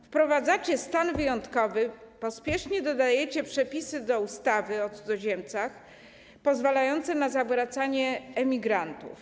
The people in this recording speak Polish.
Wprowadzacie stan wyjątkowy, pospiesznie dodajecie przepisy do ustawy o cudzoziemcach pozwalające na zawracanie emigrantów.